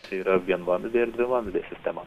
tai yra vienvamzdė ir dvivamzdė sistema